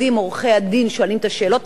עורכי-הדין שואלים את השאלות האלו,